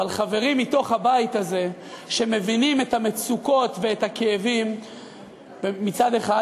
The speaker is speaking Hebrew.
אבל חברים מתוך הבית הזה שמבינים את המצוקות ואת הכאבים מצד אחד,